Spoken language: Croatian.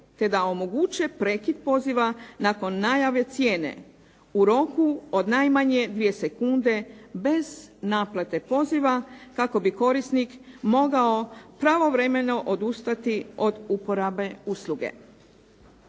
te da omoguće prekid poziva nakon najave cijene u roku od najmanje dvije sekunde bez naplate poziva kako bi korisnik mogao pravovremeno odustati od uporabe usluge.